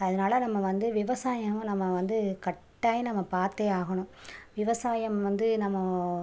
அதனால் நம்ம வந்து விவசாயம் நம்ம வந்து கட்டாயம் நம்ம பார்த்தே ஆகணும் விவசாயம் வந்து நம்ம